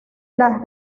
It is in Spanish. las